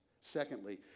Secondly